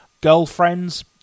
Girlfriends